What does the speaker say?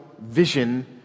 vision